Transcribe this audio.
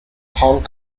hong